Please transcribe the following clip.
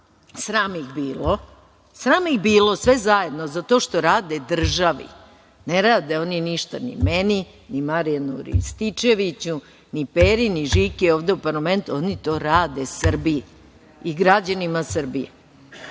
Sram ih bilo. Sram ih bilo sve zajedno, za to što rade državi. Ne rade oni ništa ni meni, ni Marjanu Rističeviću, ni Peri, ni Žiki, ovde u parlamentu, oni to rade Srbiji i građanima Srbije. Iz